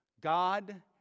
God